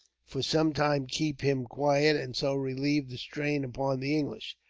for some time, keep him quiet, and so relieve the strain upon the english.